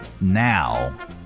now